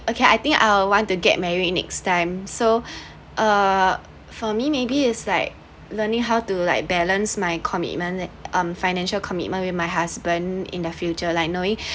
okay I think I would want to get married next time so uh for me maybe is like learning how to like balance my commitment um financial commitment with my husband in the future like knowing